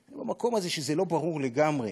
זה מהמקום הזה שזה לא ברור לגמרי,